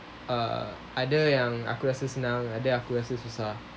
uh ada yang aku rasa senang ada aku rasa susah